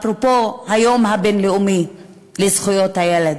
אפרופו היום הבין-לאומי לזכויות הילד,